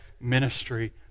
ministry